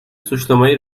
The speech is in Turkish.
suçlamayı